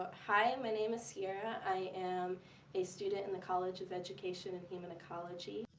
hi, my name is sierra. i am a student in the college of education and human ecology.